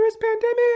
pandemic